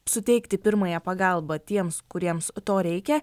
suteikti pirmąją pagalbą tiems kuriems to reikia